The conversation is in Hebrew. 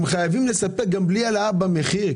הם חייבים לספק גם בלי העלאה במחיר,